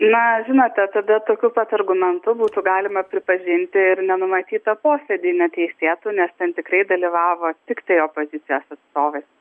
na žinote tada tokių pat argumentu būtų galima pripažinti ir nenumatytą posėdį neteisėtu nes ten tikrai dalyvavo tiktai opozicijos atstovai